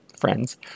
friends